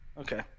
Okay